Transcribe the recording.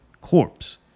corpse